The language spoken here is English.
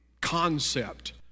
concept